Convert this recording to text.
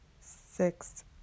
six